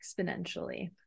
exponentially